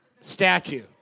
statue